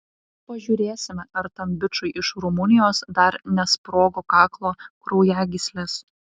pažiūrėsime ar tam bičui iš rumunijos dar nesprogo kaklo kraujagyslės